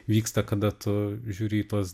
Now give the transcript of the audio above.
vyksta kada tu žiūri į tuos